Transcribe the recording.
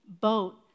boat